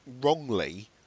wrongly